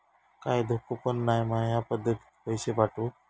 काय धोको पन नाय मा ह्या पद्धतीनं पैसे पाठउक?